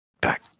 back